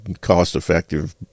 cost-effective